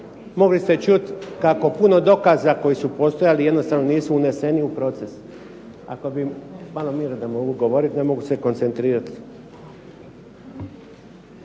mogli ste čuti kako puno dokaza koji su postojali jednostavno nisu uneseni u proces. Ako bi malo mira da mogu govoriti, ne mogu se koncentrirati!